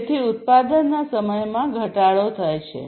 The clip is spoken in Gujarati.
તેથી ઉત્પાદનના સમયમાં ઘટાડો થયો છે